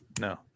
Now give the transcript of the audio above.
no